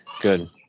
good